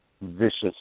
vicious